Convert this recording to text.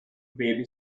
baby